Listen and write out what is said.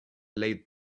laid